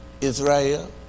Israel